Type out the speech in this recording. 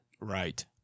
Right